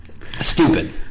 Stupid